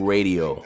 Radio